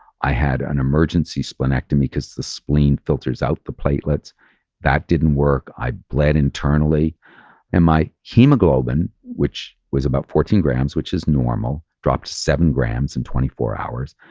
i had an emergency splenectomy because the spleen filters out the platelets that didn't work. i bled internally and my hemoglobin, which was about fourteen grams, which is normal, dropped seven grams in twenty four hours.